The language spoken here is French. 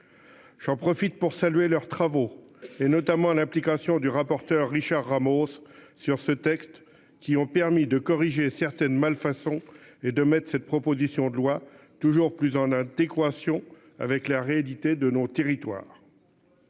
J'en profite pour saluer leurs travaux et notamment à l'implication du rapporteur Richard Ramos sur ce texte qui ont permis de corriger certaines malfaçons et de mètres cette proposition de loi toujours plus en adéquation avec la rééditer de nos territoires.--